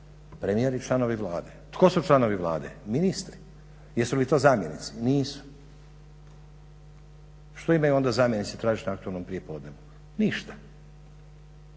Premijer i članovi Vlade. Tko su članovi Vlade? Ministri. Jesu li to zamjenici? Nisu. Što onda imaju zamjenici tražiti na aktualnom prijepodnevu? Ništa.